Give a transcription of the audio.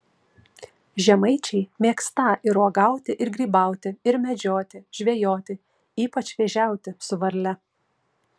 žemaičiai mėgstą ir uogauti ir grybauti ir medžioti žvejoti ypač vėžiauti su varle